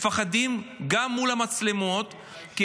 מפחדים גם מול המצלמות -- מתביישים.